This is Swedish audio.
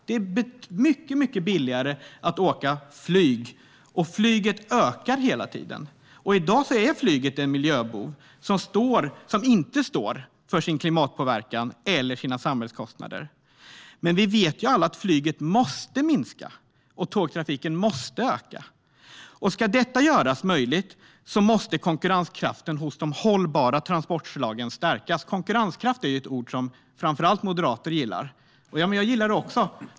Det är mycket billigare att åka flyg. Flyget ökar hela tiden. I dag är flyget en miljöbov som inte står för sin klimatpåverkan eller sina samhällskostnader. Vi vet alla att flyget måste minska, och tågtrafiken måste öka. Ska detta göras möjligt måste konkurrenskraften hos de hållbara transportslagen stärkas. Konkurrenskraft är ett ord som framför allt moderater gillar. Jag gillar det också.